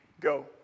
go